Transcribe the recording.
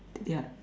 yeah